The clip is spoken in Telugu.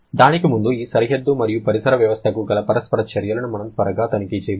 దానికి ముందు ఈ సరిహద్దు మరియు పరిసర వ్యవస్థకు గల పరస్పర చర్యలను మనం త్వరగా తనిఖీ చేద్దాం